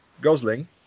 Gosling